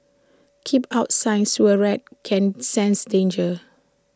keep out sign sewer rats can sense danger